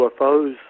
UFOs